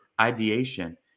ideation